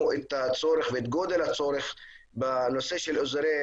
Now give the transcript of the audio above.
את הצורך ואת גודל הצורך בנושא של אזורי